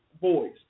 boys